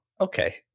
okay